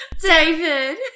David